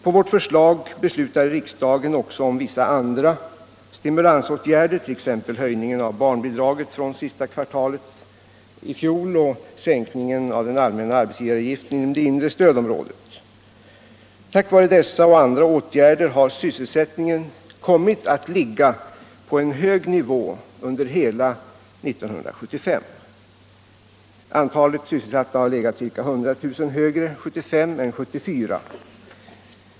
På vårt förslag beslutade riksdagen också om vissa andra stimulansåtgärder, t.ex. en höjning av barnbidraget fr.o.m. sista kvartalet i fjol och sänkningen av den allmänna arbetsgivaravgiften inom inre stödområdet. Tack vare dessa och andra åtgärder har sysselsättningen kommit att ligga på en hög nivå under hela 1975. Antalet sysselsatta har varit ca 100 000 fler 1975 än 1974.